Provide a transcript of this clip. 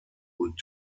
und